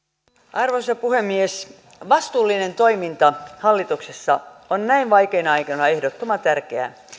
arvoisa puhemies vastuullinen toiminta hallituksessa on näin vaikeina aikoina ehdottoman tärkeää